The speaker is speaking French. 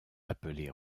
appelé